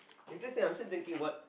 interesting I'm still thinking what